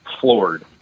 floored